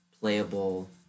playable